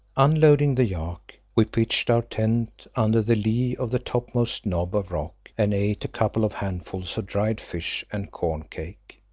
unloading the yak, we pitched our tent under the lee of the topmost knob of rock and ate a couple of handfuls of dried fish and corn-cake.